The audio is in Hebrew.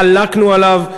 חלקנו עליה,